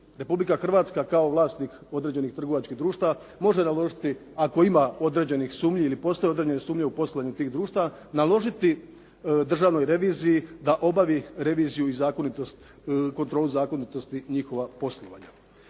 Republika Hrvatska kao vlasnik određenih trgovačkih društava može naložiti ako ima određenih sumnji ili postoje određene sumnje u poslovanju tih društava, naložiti državnoj reviziji da obavi reviziju i kontrolu zakonitosti njihova poslovanja.